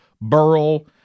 Burl